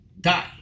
Die